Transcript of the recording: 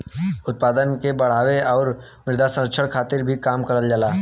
उत्पादन के बढ़ावे आउर मृदा संरक्षण खातिर भी काम करल जाला